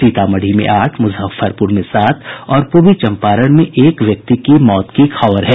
सीतामढ़ी में आठ मुजफ्फरपुर में सात और पूर्वी चम्पारण में एक व्यक्ति की मौत की खबर है